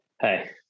Hey